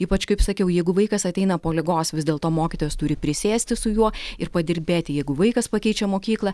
ypač kaip sakiau jeigu vaikas ateina po ligos vis dėlto mokytojas turi prisėsti su juo ir padirbėti jeigu vaikas pakeičia mokyklą